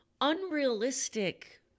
unrealistic